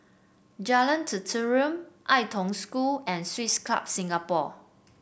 Jalan Tenteram Ai Tong School and Swiss Club Singapore